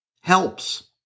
helps